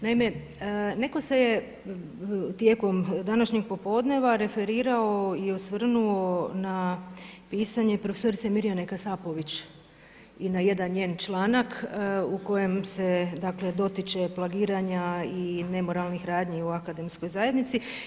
Naime, netko se je tijekom današnjeg popodnevna referirao i osvrnuo na pisanje profesorice Mirjane Kasapović i na jedan njen članak u kojem se dakle dotiče plagiranja i nemoralnih radnji u akademskoj zajednici.